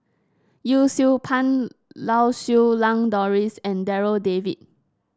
Yee Siew Pun Lau Siew Lang Doris and Darryl David